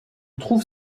trouve